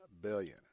billion